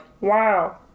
wow